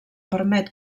permet